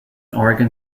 oregon